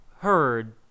heard